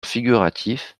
figuratif